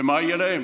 מה יהיה עליהם?